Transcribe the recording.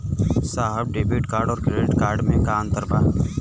साहब debit card और credit card में का अंतर बा?